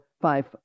five